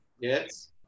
Yes